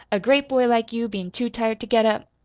a great boy like you bein' too tired to get up!